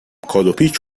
کادوپیچ